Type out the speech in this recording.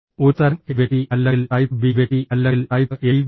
ഒരു തരം എ വ്യക്തി അല്ലെങ്കിൽ ടൈപ്പ് ബി വ്യക്തി അല്ലെങ്കിൽ ടൈപ്പ് എബി വ്യക്തി